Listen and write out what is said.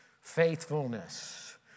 Faithfulness